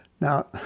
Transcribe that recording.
Now